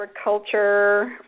Agriculture